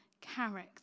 character